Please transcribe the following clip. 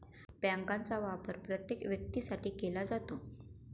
बँकांचा वापर प्रत्येक व्यक्तीसाठी केला जातो